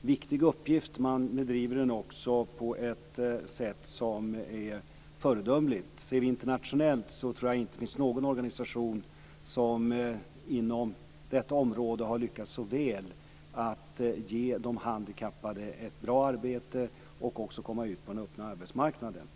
viktig uppgift. Och man sköter den på ett föredömligt sätt. Om vi jämför internationellt tror jag inte att vi kan finna någon organisation som inom detta område har lyckats så väl med att ge de handikappade ett bra arbete och också låta dem komma ut på den öppna arbetsmarknaden.